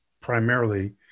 primarily